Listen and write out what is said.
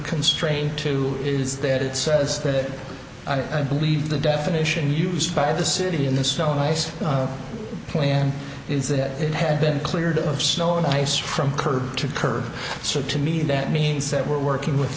constrained to is that it says that i believe the definition used by the city in the snow and ice plant is that it had been cleared of snow and ice from curb to curb so to me that means that we're working with